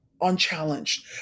unchallenged